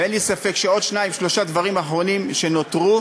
ואין לי ספק שעוד שניים-שלושה דברים אחרונים שנותרו,